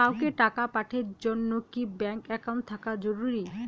কাউকে টাকা পাঠের জন্যে কি ব্যাংক একাউন্ট থাকা জরুরি?